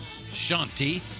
Shanti